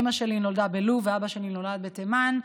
אימא שלי נולדה בלוב ואבא שלי נולד בתימן.